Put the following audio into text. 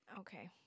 Okay